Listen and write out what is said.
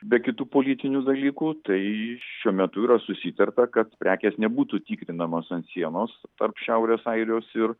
be kitų politinių dalykų tai šiuo metu yra susitarta kad prekės nebūtų tikrinamos ant sienos tarp šiaurės airijos ir